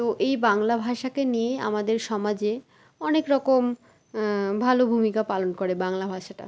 তো এই বাংলা ভাষাকে নিয়ে আমাদের সমাজে অনেক রকম ভালো ভূমিকা পালন করে বাংলা ভাষাটা